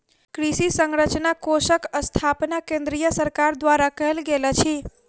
कृषि अवसंरचना कोषक स्थापना केंद्रीय सरकार द्वारा कयल गेल अछि